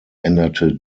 änderte